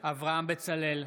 אברהם בצלאל,